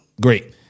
great